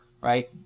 right